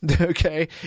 Okay